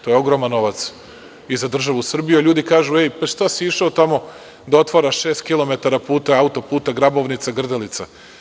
To je ogroman novac i za državu Srbiju, a ljudi kažu – ej, šta si išao tamo da otvaraš šest kilometara puta, auto-puta Grabovnica-Grdelica?